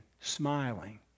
smiling